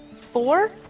Four